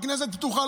הכנסת פתוחה,